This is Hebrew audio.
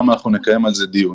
אנחנו נקיים על זה דיון.